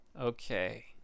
Okay